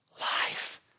life